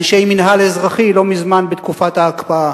אנשי המינהל האזרחי, לא מזמן, בתקופת ההקפאה,